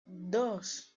dos